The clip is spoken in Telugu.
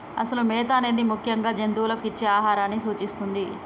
అసలు మేత అనేది ముఖ్యంగా జంతువులకు ఇచ్చే ఆహారాన్ని సూచిస్తుంది